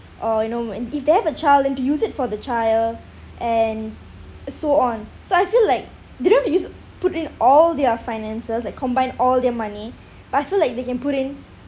or you know when if they have a child and to use it for the child and so on so I feel like they don't use put in all their finances like combine all their money but I feel like they can put in